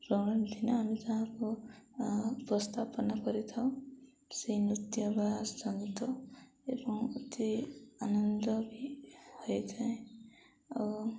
ପ୍ରଣଧିନେ ଆମେ ଯାହାକୁ ଉପସ୍ଥାପନା କରିଥାଉ ସେଇ ନୃତ୍ୟ ବା ସଙ୍ଗୀତ ଏବଂ ଅତି ଆନନ୍ଦ ବି ହୋଇଥାଏ ଆଉ